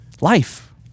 life